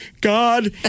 God